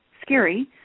scary